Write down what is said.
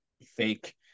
fake